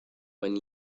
when